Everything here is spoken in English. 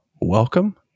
welcome